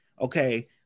Okay